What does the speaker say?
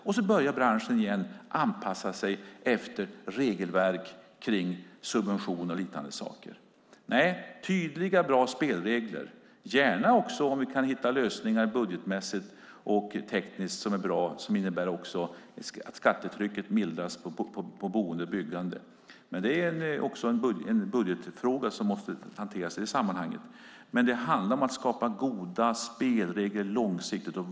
Sedan börjar branschen igen anpassa sig efter regelverk för subventioner och liknande saker. Nej, tydliga och bra spelregler vill vi ha och gärna också hitta lösningar budgetmässigt och tekniskt som innebär att skattetrycket mildras på boende och byggande. Men det är också en budgetfråga som måste hanteras i sammanhanget. Det handlar om att skapa goda spelregler långsiktigt.